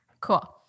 Cool